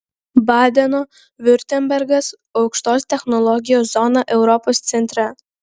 badeno viurtembergas aukštos technologijos zona europos centre